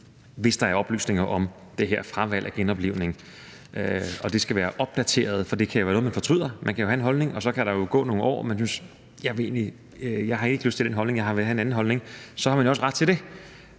hvis der er oplysninger om det her fravalg af genoplivning. Og de skal være opdateret, for det kan være noget, man fortryder. Man kan jo have en holdning, og så kan der gå nogle år, og så kan man sige: Jeg har ikke lyst til det mere, jeg har skiftet holdning. Og så har man jo også ret til det,